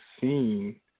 seen